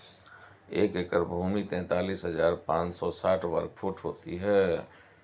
एक एकड़ भूमि तैंतालीस हज़ार पांच सौ साठ वर्ग फुट होती है